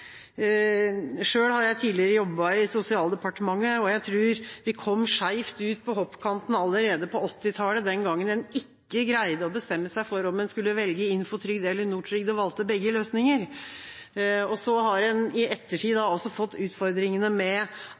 har jeg tidligere jobbet i Sosialdepartementet, og jeg tror vi kom skjevt ut på hoppkanten allerede på 1980-tallet, den gangen en ikke greide å bestemme seg for om en skulle velge Infotrygd eller Nortrygd, og valgte begge løsninger. Så har en i ettertid fått utfordringene med